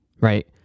right